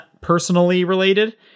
personally-related